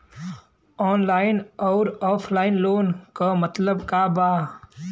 Online अउर offline loan क मतलब का बा?